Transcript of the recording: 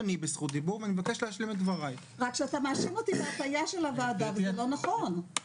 אם בן אדם רוצה לקבל את השירות שלו או לקבל מידע או לזמן פגישה